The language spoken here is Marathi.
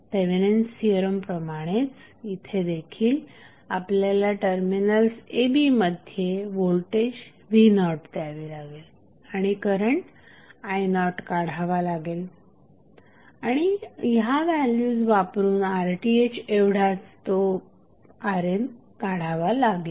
थेवेनिन्स थिअरम प्रमाणेच येथेदेखील आपल्याला टर्मिनल्स a b मध्ये व्होल्टेज v नॉट द्यावे लागेल आणि करंट i0 काढावा लागेल आणि या व्हॅल्यूज वापरून RTh एवढाच तो RN काढावा लागेल